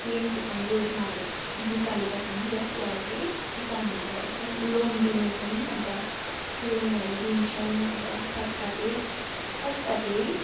PM Kisan योजनाहरू निकालेका छन् जसद्वारा चाहिँ किसानहरूलाई एकदम लोन दिने छन् अन्त लोनहरू दिन्छन् अन्त साथ साथै साथ साथै